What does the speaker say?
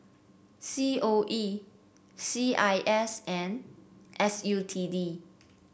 C O E C I S and S U T D